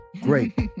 great